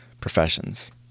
professions